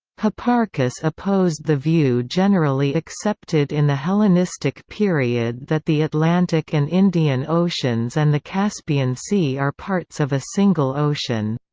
hipparchus opposed the view generally accepted in the hellenistic period that the atlantic and indian oceans oceans and the caspian sea are parts of a single ocean.